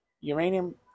Uranium